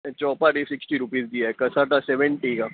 ऐं Chowpatty sixty rupees जी आहे कसाटा सेवंटी आहे